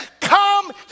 come